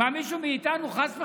מה, מישהו מאיתנו, חס וחלילה,